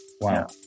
Wow